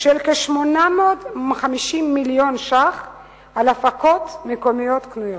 של כ-850 מיליון שקלים על הפקות מקומיות קנויות.